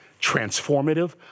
transformative